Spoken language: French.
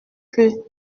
plus